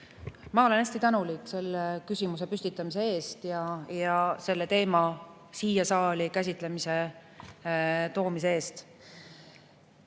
Ma olen hästi tänulik selle küsimuse püstitamise eest ja selle teema siia saali käsitlemiseks toomise